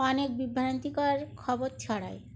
অনেক বিভ্রান্তিকর খবর ছড়ায়